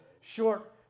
short